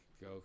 go